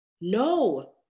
No